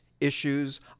issues